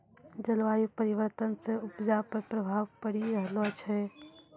जलवायु परिवर्तन से उपजा पर प्रभाव पड़ी रहलो छै